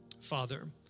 Father